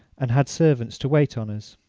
and had servants to wait on us.